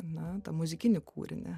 ar ne tą muzikinį kūrinį